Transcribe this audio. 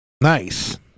Nice